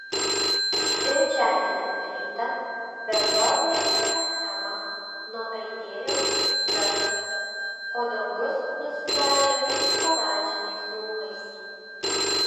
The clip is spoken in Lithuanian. trečiadienio rytą bendrovėje achema nuaidėjo garsas o dangus nusidažė oranžiniais dūmais